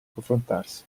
confrontarsi